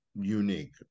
unique